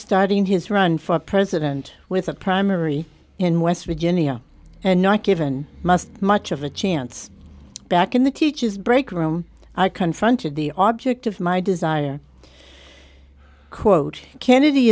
starting his run for president with a primary in west virginia and not given must much of a chance back in the teacher's break room i confronted the object of my desire quote kennedy